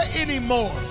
anymore